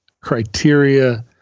criteria